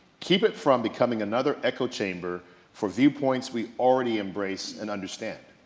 keep it from becoming another echo chamber for viewpoints we already embrace and understand?